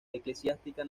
eclesiástica